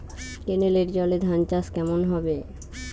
কেনেলের জলে ধানচাষ কেমন হবে?